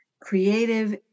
creative